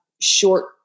short